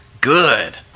good